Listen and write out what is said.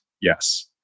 yes